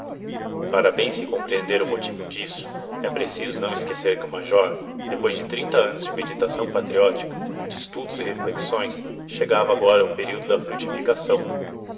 para bem compreender o motivo disso é preciso não esquecer que o major depois de trinta anos de meditação patriótica de estudos e reflexões chegava agora ao período da frutificação